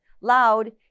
LOUD